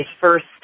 first